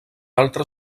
altre